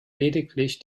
lediglich